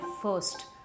first